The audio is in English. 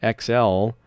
XL